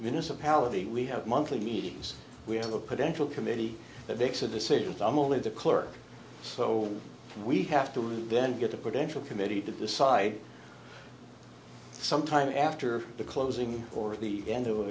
municipality we have monthly meetings where the potential committee makes a decision from all of the clerk so we have to then get a potential committee to decide sometime after the closing or at the end of